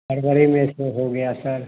हड़बड़ी मे ये सब हो गया सर